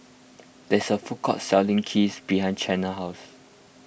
there is a food court selling Kheer behind Chanelle house